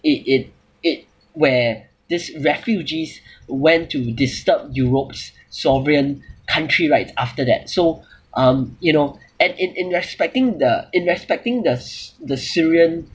it it it where this refugees went to disturb europe's sovereign country rights after that so um you know and in in respecting the in respecting the s~ the syrian